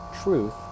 truth